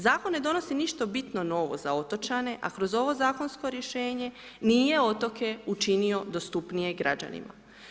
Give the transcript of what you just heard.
Zakon ne donosi ništa bitno novo za otočane a kroz ovo zakonsko rješenje nije otoke učinio dostupnije građanima.